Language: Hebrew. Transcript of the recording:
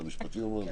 אגב.